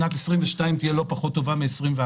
שנת 2022 תהיה לא פחות טובה מ-2021,